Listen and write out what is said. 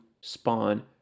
spawn